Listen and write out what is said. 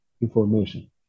information